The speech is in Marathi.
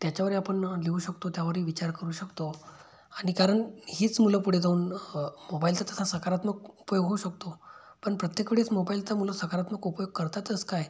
त्याच्यावरही आपण लिहू शकतो त्यावरही विचार करू शकतो आणि कारण हीच मुलं पुढे जाऊन मोबाईलचा तसा सकारात्मक उपयोग होऊ शकतो पण प्रत्येकवेळीच मोबाईलचा मुलं सकारात्मक उपयोग करतातच काय